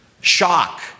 shock